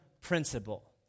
principle